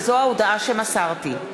וזו ההודעה שמסרתי.